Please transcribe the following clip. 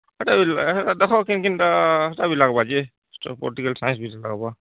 ଦେଖ କିନ କିନ ଟା ହେଟା ବି ଲାଗବା ଯେ ପଲିଟିକାଲ୍ ସାଇନ୍ସ ଲାଗବା